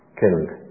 killed